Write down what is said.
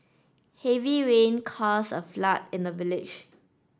heavy rain cause a flood in the village